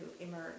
emerge